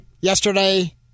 Yesterday